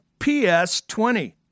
PS20